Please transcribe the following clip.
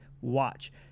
watch